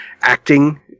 acting